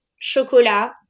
Chocolat